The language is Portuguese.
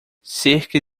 cerca